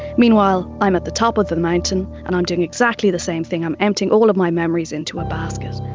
meanwhile, i'm at the top of the mountain and i'm doing exactly the same thing, i'm emptying all of my memories into a basket.